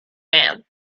man